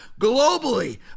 globally